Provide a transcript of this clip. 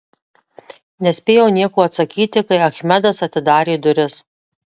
nespėjau nieko atsakyti kai achmedas atidarė duris